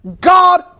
God